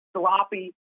sloppy